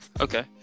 Okay